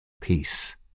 peace